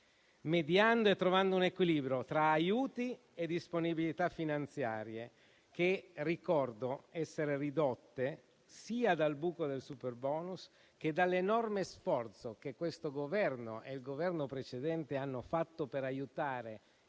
mediando e trovando un equilibrio tra aiuti e disponibilità finanziarie, che ricordo essere ridotte sia dal buco del superbonus che dall'enorme sforzo che questo Governo e il Governo precedente hanno fatto per aiutare